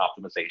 optimization